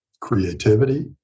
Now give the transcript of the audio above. creativity